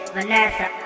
Vanessa